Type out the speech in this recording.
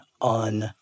on